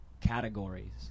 categories